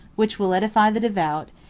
which will edify the devout,